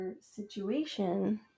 situation